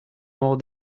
more